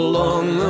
long